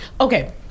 Okay